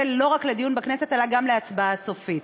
לא רק לדיון בכנסת אלא גם להצבעה סופית.